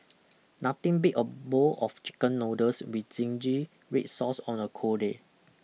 nothing beat a bowl of chicken noodles with zingy red sauce on a cold day